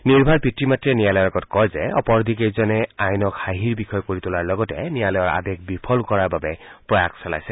নিৰ্ভয়াৰ পিতৃ মাতৃয়ে ন্যায়ালয়ৰ আগত কয় যে অপৰাধীকেইজনে আইনক হাঁহিৰ বিষয় কৰি তোলাৰ লগতে ন্যায়ালয়ৰ আদেশ বিফল কৰাৰ বাবে প্ৰয়াস চলাইছে